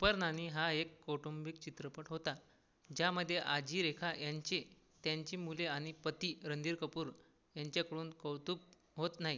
super Nani हा एक कौटुंबिक चित्रपट होता ज्यामधे आजी रेखा यांचे त्यांची मुले आणि पती रणधीर कपूर यांच्याकडून कौतुक होत नाही